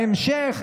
בהמשך,